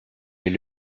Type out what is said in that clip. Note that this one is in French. est